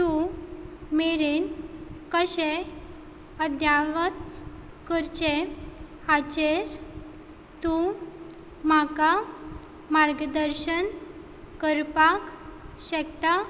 two मेरेन कशें अध्यावत करचे हाचेर तूं म्हाका मार्गदर्शन करपाक शकता